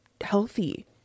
healthy